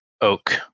oak